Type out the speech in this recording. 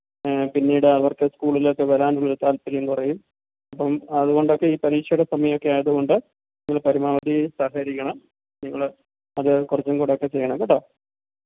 പിന്നീട് അവർക്ക് സ്കൂളിലേക്ക് വരാനുള്ള താല്പര്യം കുറയും അപ്പം അതു കൊണ്ടൊക്കെ ഈ പരീക്ഷയുടെ സമയമൊക്കെ ആയതു കൊണ്ട് നിങ്ങൾ പരമാവധി സഹകരിക്കണം നിങ്ങൾ അത് കുറച്ചും കൂടിയൊക്കെ ചെയ്യണം കേട്ടോ